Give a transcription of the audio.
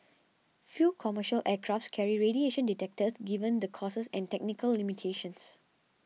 few commercial aircrafts carry radiation detectors given the costs and technical limitations